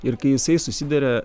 ir kai jisai susiduria